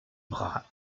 bras